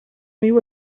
mil